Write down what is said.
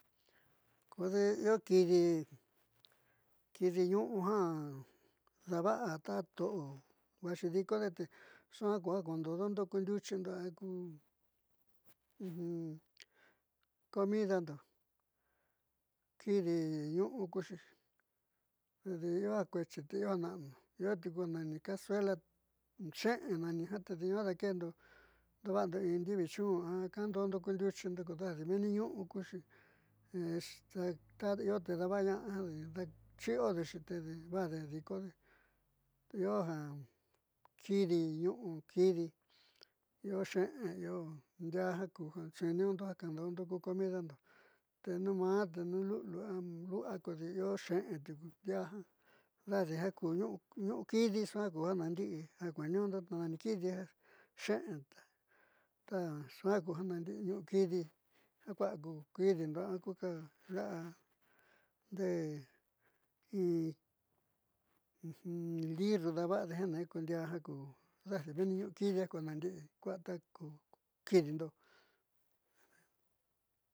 Kodi io kidi kidi ñu'u ja dava'a ta to'o vaaxi dikode de suaan ja kundo'odondo ku ndiuchindo a ku comidando kidi ñu'u kuxi di io ja kuexi te io ja na'anu iotiuku ja nani cazuela xe'en nani jiaa te di nuaa dakeendo dava'ando in ndivi chun a kando'odondo ku ndiuchindo kodaadi meeni ñu'u kuxi ia te daava'ana'a daachi'i odexi tedi vajde jo dikode io ja kiti nu'u kidi io xe'en io ndiaa ja ku xeetni'iñundo ja kaandodondo ku comidando te nuun ma'a te nuun lu'uliu a lu'lua kodi io xe'en tiuku ndiaa jiaa dajdi ñu'u kidi suaa ku janaandi'i ja kueetniiñundo te nani kidi io xe'é suaá taja naandi'i ñu'u kidi ja vaá ku kiidindo a ku la'a liirru daava'ade ja nee ko ndiaá ja ku dajdi meenni ñu'u kidi ku nandii' ja kuáa tajkidindo.